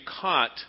caught